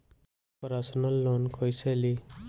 Personal loan कैसे ली?